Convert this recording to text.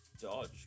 dodge